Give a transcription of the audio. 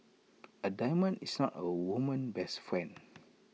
A diamond is not A woman's best friend